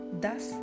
Thus